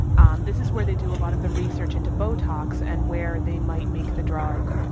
um this is where they do a lot of the research into botox and where they might make the drug.